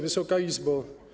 Wysoka Izbo!